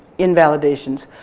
invalidation.